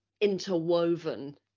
interwoven